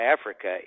Africa